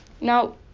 Now